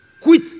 Quit